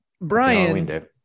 Brian